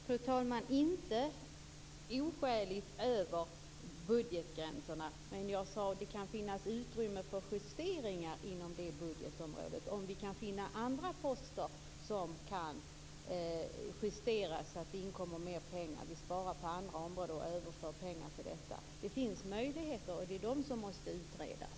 Fru talman! Det skall inte vara oskäligt över budgetgränserna. Jag sade att det kan finnas utrymme för justeringar inom det budgetområdet, om vi kan finna andra poster som kan justeras så att det kommer in mer pengar. Vi sparar på andra områden och överför pengar till detta. Det finns möjligheter, och det är de som måste utredas.